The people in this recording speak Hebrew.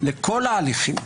לכל ההליכים.